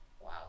Wow